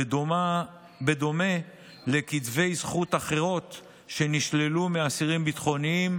בדומה לזכויות אחרות שנשללו מהאסירים ביטחוניים,